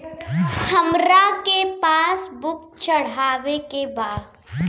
हमरा के पास बुक चढ़ावे के बा?